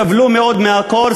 סבלו מאוד מהקור,